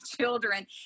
children